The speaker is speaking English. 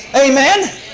amen